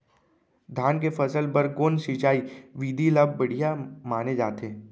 धान के फसल बर कोन सिंचाई विधि ला बढ़िया माने जाथे?